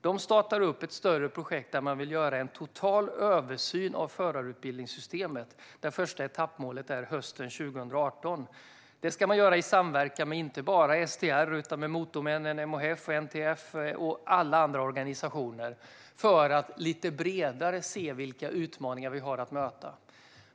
De startar ett större projekt där man vill göra en total översyn av förarutbildningssystemet och där det första etappmålet är hösten 2018. Det ska man göra i samverkan inte bara med STR utan även med Motormännen, MHF, NTF och alla andra organisationer för att lite bredare se vilka utmaningar vi har att möta.